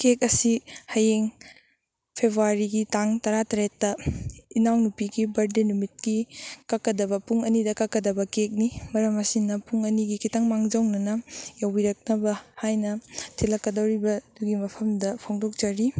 cake ꯑꯁꯤ ꯍꯌꯦꯡ ꯐꯦꯕꯋꯥꯔꯤꯒꯤ ꯇꯥꯡ ꯇꯔꯥꯇꯔꯦꯠꯇ ꯏꯅꯥꯎꯅꯨꯄꯤꯒꯤ ꯕꯥꯔꯠ ꯗꯦ ꯅꯨꯃꯤꯠꯀꯤ ꯀꯛꯀꯗꯕ ꯄꯨꯡ ꯑꯅꯤꯗ ꯀꯛꯀꯗꯕ ꯀꯦꯛꯅꯤ ꯃꯔꯝ ꯑꯁꯤꯟ ꯄꯨꯡ ꯑꯅꯤꯒꯤ ꯈꯤꯇꯪ ꯃꯥꯡꯖꯧꯅꯅ ꯌꯧꯕꯤꯔꯛꯅꯕ ꯍꯥꯏꯅ ꯊꯤꯟꯂꯛꯀꯗꯧꯔꯤꯕꯗꯨꯒꯤ ꯃꯐꯝꯗ ꯐꯣꯡꯗꯣꯛꯆꯔꯤ